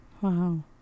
Wow